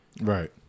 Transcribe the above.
Right